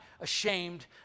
ashamed